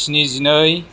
स्निजिनै